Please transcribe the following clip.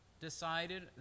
decided